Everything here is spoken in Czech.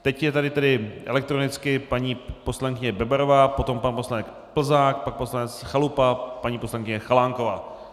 Teď je tady tedy elektronicky paní poslankyně Bebarová, potom pan poslanec Plzák, pan poslanec Chalupa, paní poslankyně Chalánková.